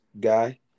guy